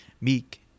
meek